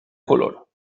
color